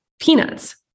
peanuts